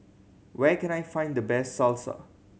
where can I find the best Salsa